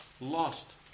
lost